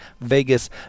Vegas